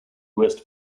west